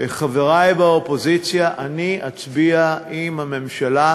חברי באופוזיציה, אני אצביע עם הממשלה,